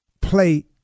play